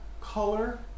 color